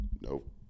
nope